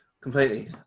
Completely